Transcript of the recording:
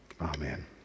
Amen